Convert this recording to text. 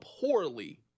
poorly